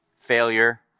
failure